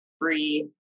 free